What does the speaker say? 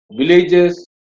villages